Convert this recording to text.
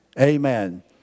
Amen